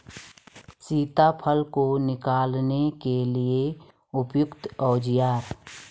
सीताफल को निकालने के लिए उपयुक्त औज़ार?